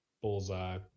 bullseye